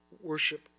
worship